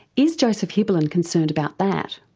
is joseph hibbelin concerned about that?